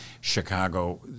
Chicago